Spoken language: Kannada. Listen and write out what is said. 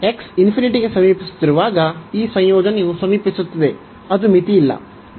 x ಗೆ ಸಮೀಪಿಸುತ್ತಿರುವಾಗ ಈ ಸಂಯೋಜನೆಯು ಸಮೀಪಿಸುತ್ತಿದೆ ಅದು ಮಿತಿಯಿಲ್ಲ